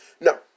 no